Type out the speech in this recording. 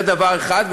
זה דבר אחד.